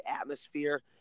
atmosphere